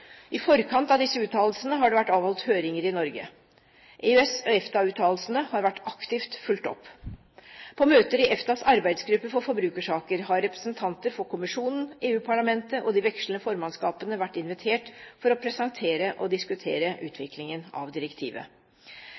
I forkant av disse uttalelsene har det vært avholdt høringer i Norge. EØS/EFTA-uttalelsene har vært aktivt fulgt opp. På møter i EFTAs arbeidsgruppe for forbrukersaker har representanter for kommisjonen, EU-parlamentet og de vekslende formannskapene vært invitert for å presentere og diskutere utviklingen av direktivet.